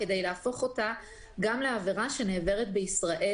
כדי להפוך אותה גם לעבירה שנעברת בישראל,